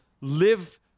live